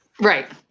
right